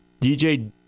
DJ